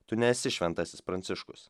tu nesi šventasis pranciškus